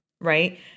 Right